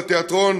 התיאטרון